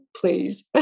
please